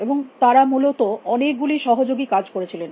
এবং তারা মূলত অনেক গুলি সহযোগী কাজ করেছিলেন